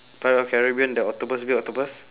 pirate of caribbean the octopus big octopus